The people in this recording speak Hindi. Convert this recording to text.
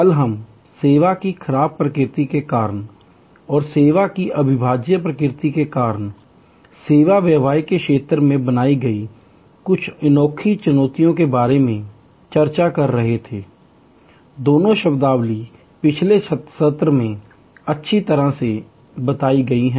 कल हम सेवा की नाशवान खराब प्रकृति के कारण और सेवा की अविभाज्य प्रकृति के कारण सेवा व्यवसाय के क्षेत्र में बनाई गई कुछ अनोखी चुनौतियों के बारे में चर्चा कर रहे थे दोनों शब्दावली पिछले सुत्रों में अच्छी तरह से बताई गई हैं